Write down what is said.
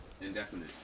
indefinite